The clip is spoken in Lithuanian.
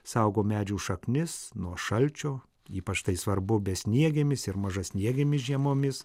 saugo medžių šaknis nuo šalčio ypač tai svarbu besniegėmis ir mažasniegėmis žiemomis